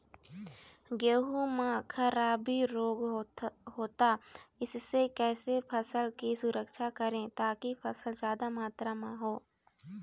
गेहूं म खराबी रोग होता इससे कैसे फसल की सुरक्षा करें ताकि फसल जादा मात्रा म हो?